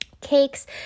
cakes